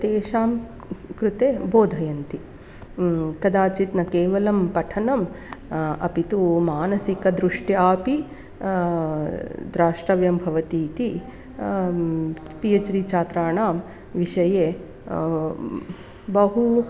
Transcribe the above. तेषां कृते बोधयन्ति कदाचित् न केवलं पठनं अपि तु मानसिकदृष्ट्या अपि द्रष्टव्यं भवति इति पि एच् डि छात्राणां विषये बहु